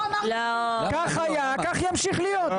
כך היה, כך ימשיך להיות.